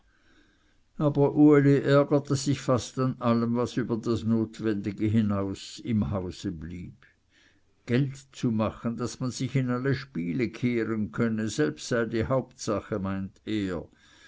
aber uli ärgerte sich fast an allem was über das notwendige hinaus im hause blieb geld zu machen daß man sich in alle spiele kehren könne selb sei die hauptsache meinte er